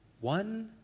One